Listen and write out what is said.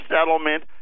settlement